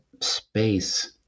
space